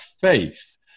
faith